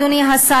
אדוני השר,